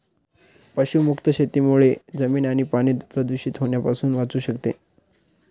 पशुमुक्त शेतीमुळे जमीन आणि पाणी प्रदूषित होण्यापासून वाचू शकते